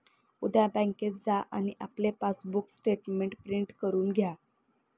उद्या बँकेत जा आणि आपले पासबुक स्टेटमेंट प्रिंट करून घ्या